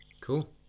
Cool